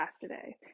today